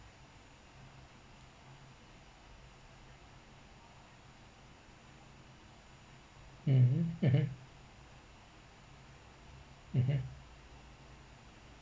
mm mmhmm mmhmm